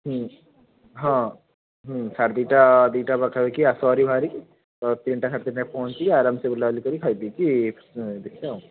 ହୁଁ ହଁ ହୁଁ ସାଢ଼େ ଦୁଇଟା ଦୁଇଟା ପାଖାପାଖି ଆସ ଭାରି ବାହାରିକି ତ ତିନିଟା ସାଢ଼େ ତିନିଟାରେ ପହଞ୍ଚିବା ଆରାମସେ ବୁଲାବୁଲି କରି ଖାଇ ପିଇକି ଦେଖିବା ଆଉ